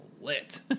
lit